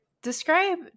Describe